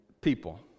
people